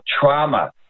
trauma